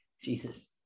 jesus